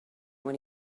when